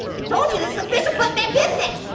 i told you this is official buttman business.